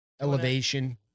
Elevation